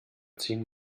ziehen